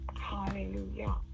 Hallelujah